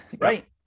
Right